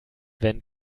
wenn